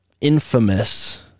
infamous